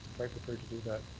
quite prepared to do that.